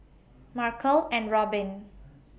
Markel and Robbin